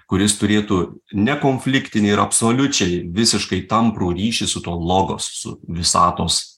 kuris turėtų nekonfliktinį ir absoliučiai visiškai tamprų ryšį su tuo logos su visatos